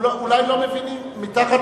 אולי לא מבינים מתחת